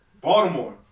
Baltimore